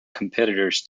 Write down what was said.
competitors